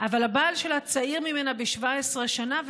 אבל הבעל שלה צעיר ממנה ב-17 שנה,